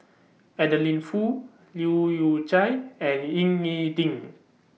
Adeline Foo Leu Yew Chye and Ying E Ding